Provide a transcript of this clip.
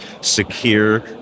secure